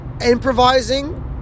improvising